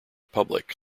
public